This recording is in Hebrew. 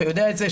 אתה יודע את זה,